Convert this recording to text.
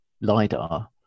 lidar